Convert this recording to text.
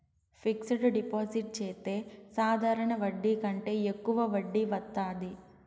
fixed deposit చెత్తే సాధారణ వడ్డీ కంటే యెక్కువ వడ్డీ వత్తాది